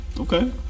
Okay